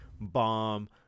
bomb